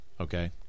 okay